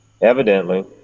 Evidently